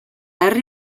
herri